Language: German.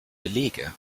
belege